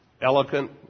eloquent